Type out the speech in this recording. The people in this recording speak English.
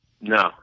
No